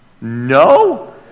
No